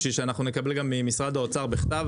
בשביל שאנחנו נקבל גם ממשרד האוצר בכתב